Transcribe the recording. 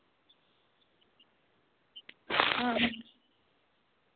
आं